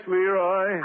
Leroy